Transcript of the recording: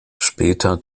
später